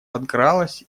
подкралась